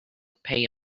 pay